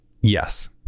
Yes